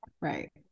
right